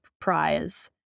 prize